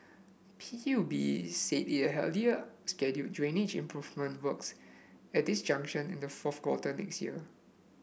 P U B said it had earlier scheduled drainage improvement works at this junction in the fourth quarter next year